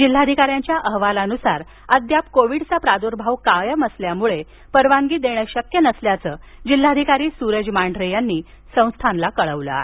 जिल्हाधिकारी यांच्या अहवालानुसार अद्याप कोविडचा प्रादूर्भाव कायम असल्यामुळे परवानगी देणं शक्य नसल्याचं जिल्हाधिकारी सूरज मांढरे यांनी संस्थानला कळवलं आहे